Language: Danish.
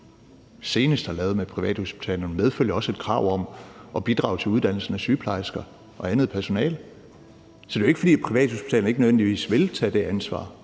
senest har lavet med privathospitalerne, medfølger der også et krav om at bidrage til uddannelsen af sygeplejersker og andet personale. Så det er jo ikke, fordi privathospitalerne nødvendigvis ikke vil tage det ansvar.